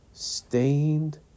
Stained